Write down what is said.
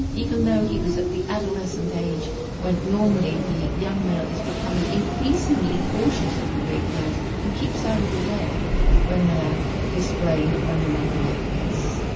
even though he was at the adolescent age when normally the young male is becoming increasingly cautious of the big males and keeps out of the way when they're displaying at one another like this.